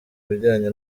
bijyanye